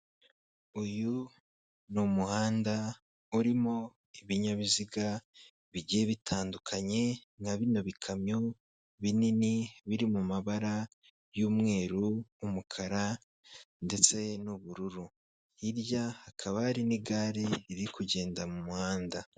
Uyu ni umuhanda urimo ibinyabiziga bigiye bitandukanye, nka bino bikamyo binini biri mu mabara y'umweru ,umukara ndetse n'ubururu. Hirya hakaba hari n'igare riri kugenda mumuhanda.